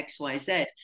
xyz